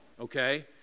okay